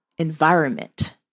environment